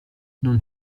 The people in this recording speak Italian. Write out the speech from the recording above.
non